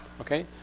okay